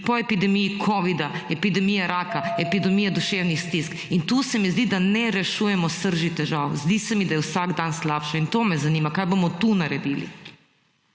po epidemiji covida epidemija raka, epidemija duševnih stisk. Tu se mi zdi, da ne rešujemo srži težav. Zdi se mi, da je vsak dan slabše, in me zanima, kaj bomo tu naredili.